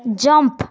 jump